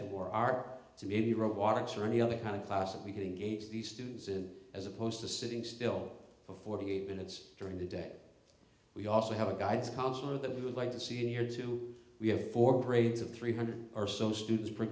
a war are to maybe robotics or any other kind of class and we can engage the students in as opposed to sitting still for forty eight minutes during the day we also have a guidance counselor that we would like to see in year two we have four grades of three hundred or so students p